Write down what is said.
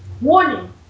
Warning